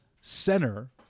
center